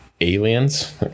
aliens